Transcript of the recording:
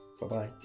Bye-bye